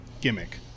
gimmick